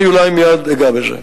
אני אולי אגע בזה מייד.